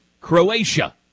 Croatia